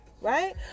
right